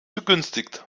begünstigt